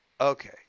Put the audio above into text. Okay